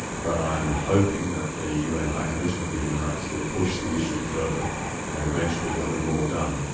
but i'm hoping that the un high commissioner for human rights will push the issue further and eventually there'll be more done.